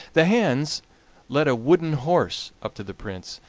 the hands led a wooden horse up to the prince,